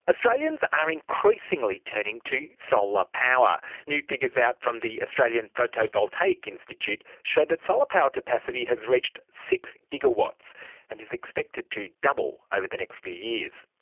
australians are increasingly turning to solar power. new figures out from the australian photovoltaic institute show that solar power capacity has reached six gigawatts and is expected to double over the next few years.